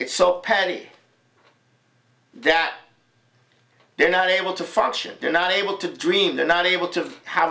it's so petty that they're not able to function they're not able to dream they're not able to h